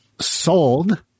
sold